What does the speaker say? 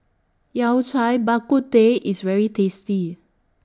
Yao Cai Bak Kut Teh IS very tasty